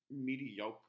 mediocre